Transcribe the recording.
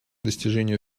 достижению